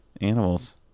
animals